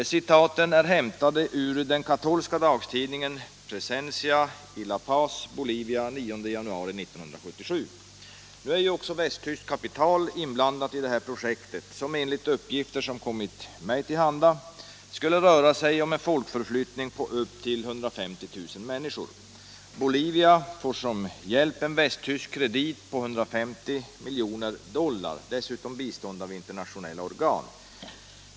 Citaten är hämtade ur den katolska dagstidningen Presencia i La Paz, Bolivia, den 9 januari 1977. Nu är också västtyskt kapital inblandat i detta projekt, som enligt uppgifter som kommit mig till handa skulle röra sig om en folkförflyttning på upp till 150 000 människor. Bolivia får som hjälp en västtysk kredit på 150 miljoner dollar — och dessutom bistånd av internationella organ.